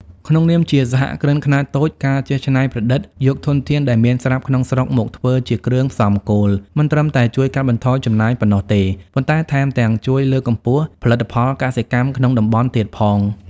ក្នុងនាមជាសហគ្រិនខ្នាតតូច ការចេះច្នៃប្រឌិតយកធនធានដែលមានស្រាប់ក្នុងស្រុកមកធ្វើជាគ្រឿងផ្សំគោល មិនត្រឹមតែជួយកាត់បន្ថយចំណាយប៉ុណ្ណោះទេ ប៉ុន្តែថែមទាំងជួយលើកកម្ពស់ផលិតផលកសិកម្មក្នុងតំបន់ទៀតផង។